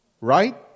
Right